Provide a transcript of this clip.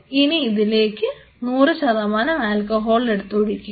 ഇനി ഇതിലേക്ക് 100 ശതമാനം ആൽക്കഹോൾ എടുത്ത് ഒഴിക്കുക